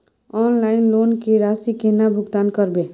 Online loan के राशि केना भुगतान करबे?